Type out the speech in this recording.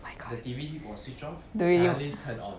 my god the radio